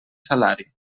salari